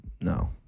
No